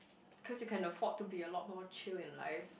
cause you can afford to be a lot more chill in life